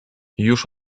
już